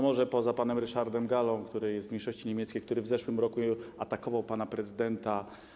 Może poza panem Ryszardem Gallą, który jest w mniejszości niemieckiej i w zeszłym roku atakował pana prezydenta